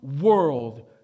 world